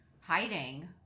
hiding